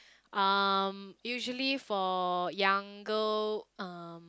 um usually for younger um